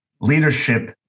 leadership